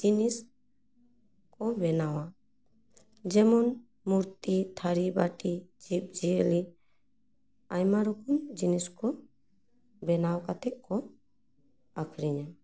ᱡᱤᱱᱤᱥ ᱠᱚ ᱵᱮᱱᱟᱣᱟ ᱡᱮᱢᱚᱱ ᱢᱩᱨᱛᱤ ᱛᱷᱟᱹᱨᱤᱼᱵᱟᱹᱴᱤ ᱡᱤᱵᱽᱼᱡᱤᱭᱟᱹᱞᱤ ᱟᱭᱢᱟ ᱨᱚᱠᱚᱢ ᱡᱤᱱᱤᱥ ᱠᱚ ᱵᱮᱱᱟᱣ ᱠᱟᱛᱮ ᱠᱚ ᱟᱹᱠᱷᱨᱤᱧᱟ